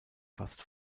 fast